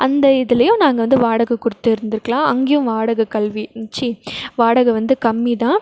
அந்த இதுலேயும் நாங்கள் வந்து வாடகை கொடுத்து இருந்துக்கலாம் அங்கேயும் வாடகை கல்வி ச்சீ வாடகை வந்து கம்மி தான்